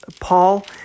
Paul